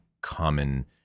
common